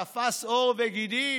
קרם עור וגידים.